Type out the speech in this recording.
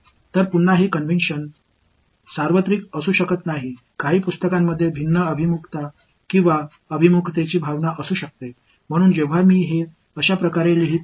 எனவே மீண்டும் இந்த வழக்கம் உலகளாவியதாக இருக்காது சில புத்தகங்கள் வெவ்வேறு ஒரிஇண்டஷன் அல்லது ஒரிஇண்டஷன் உணர்வைக் கொண்டிருக்கலாம்